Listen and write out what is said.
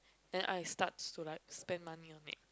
then I start to like spend money on it